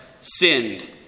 sinned